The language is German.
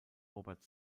robert